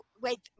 Wait